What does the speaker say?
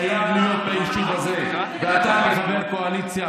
חייב להיות היישוב הזה, ואתה כחבר קואליציה,